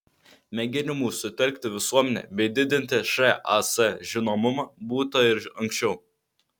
mėginimų sutelkti visuomenę bei didinti šas žinomumą būta ir anksčiau